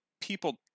People